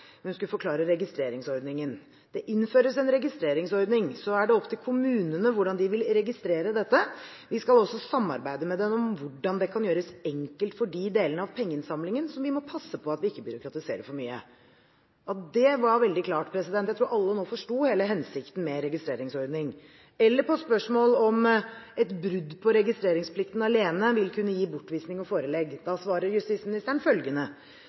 skulle forklare registreringsordningen: «Det innføres en registreringsordning. Så er det opp til kommunene hvordan de vil registrere dette. Vi skal også samarbeide med dem om hvordan det kan gjøres enkelt for de delene av pengeinnsamlingen som vi må passe på at vi ikke byråkratiserer for mye.» Det var veldig klart. Jeg tror alle nå forsto hele hensikten med en registreringsordning. På spørsmål om et brudd på registreringsplikten alene vil kunne gi bortvisning og forelegg, svarer justisministeren følgende: